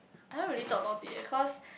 I don't really talk about it eh cause